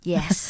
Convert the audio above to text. Yes